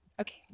Okay